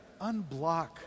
unblock